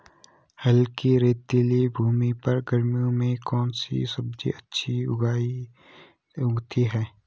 हल्की रेतीली भूमि पर गर्मियों में कौन सी सब्जी अच्छी उगती है?